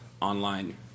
online